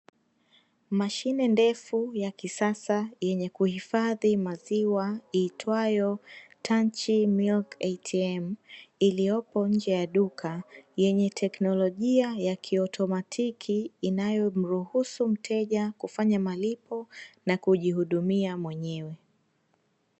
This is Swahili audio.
Machine ndefu ya kisasa, yenye kuhifadhi maziwa, iitwayo "Tanchi Milk Atm", iliyopo nje ya duka, yenye tekinolojia ya kiautomatiki, inayo mruhusu mteja kufanya malipo, na kujihudumia mwenyewe.